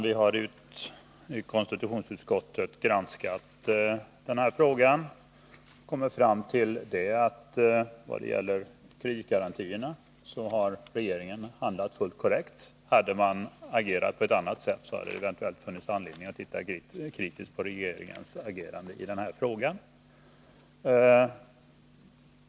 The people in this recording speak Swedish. Vi har i konstitutionsutskottet granskat den här frågan och kommit fram till att vad gäller kreditgarantierna har regeringen handlat fullt korrekt. Hade man agerat på ett annat sätt hade det eventuellt funnits anledning att titta kritiskt på regeringens agerande i den här frågan.